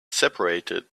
separated